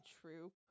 true